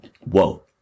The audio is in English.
Whoa